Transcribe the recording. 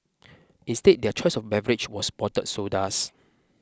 instead their choice of beverage was bottled sodas